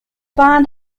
band